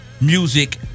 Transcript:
music